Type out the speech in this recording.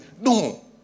No